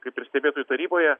kaip ir stebėtojų taryboje